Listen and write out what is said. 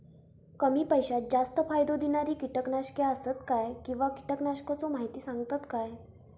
कमी पैशात जास्त फायदो दिणारी किटकनाशके आसत काय किंवा कीटकनाशकाचो माहिती सांगतात काय?